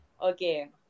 Okay